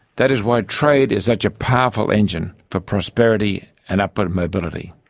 that is why trade is such a powerful engine for prosperity and upward mobility.